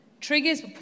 Triggers